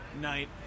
Night